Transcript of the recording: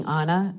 Anna